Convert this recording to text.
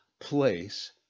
place